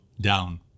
down